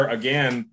again